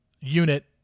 unit